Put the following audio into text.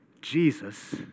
Jesus